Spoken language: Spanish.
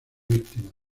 víctimas